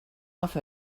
off